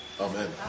amen